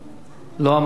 לא אמרת לי את זה.